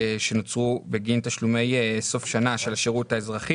שנוצרו בגין תשלומי סוף שנה של השירות האזרחי.